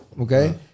Okay